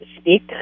speak